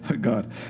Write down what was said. God